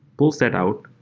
pulls that out,